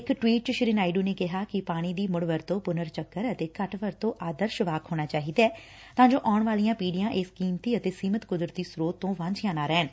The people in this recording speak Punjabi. ਇਕ ਟਵੀਟ ਚ ਸ਼ੀ ਨਾਇਡ ਨੇ ਕਿਹਾ ਕਿ ਪਾਣੀ ਦੀ ਮੁੜ ਵਰਤੋ ਪੁਨਰ ਚੱਕਰ ਅਤੇ ਘੱਟ ਵਰਤੋ ਆਦਰਸ਼ ਵਾਕ ਹੋਣਾ ਚਾਹੀਦੈ ਤਾਂ ਜੋ ਆਊਣ ਵਾਲੀਆਂ ਪੀੜੀਆਂ ਇਸ ਕੀਮਤੀ ਅਤੇ ਸੀਮਿਤ ਕੁਦਰਤੀ ਸਰੋਤ ਤੋਂ ਵਾਝੀਆਂ ਨਾ ਰਹਿਣ